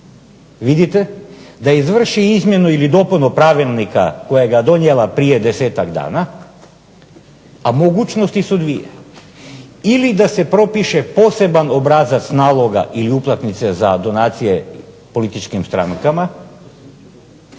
vidite da izvrši izmjenu ili dopunu pravilnika kojega je donijela prije 10-ak dana, a mogućnosti su dvije. Ili da se propiše poseban obrazac naloga ili uplatnice za donacije političkim strankama